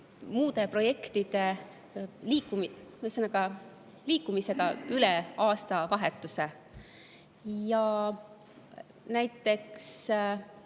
muude projektide liikumisega üle aastavahetuse. Siinsamas